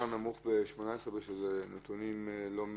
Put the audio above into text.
הנמוך זה ב-2018 כי הנתונים לא מלאים.